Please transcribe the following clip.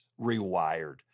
rewired